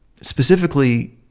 specifically